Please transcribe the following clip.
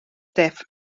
stiff